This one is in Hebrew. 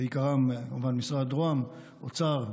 ובעיקרם כמובן משרד ראש הממשלה, האוצר,